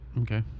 Okay